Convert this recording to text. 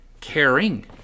caring